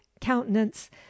countenance